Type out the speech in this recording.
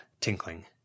tinkling